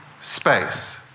space